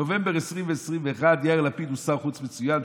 נובמבר 2021: "יאיר לפיד הוא שר חוץ מצוין,